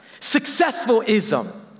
Successful-ism